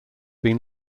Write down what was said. been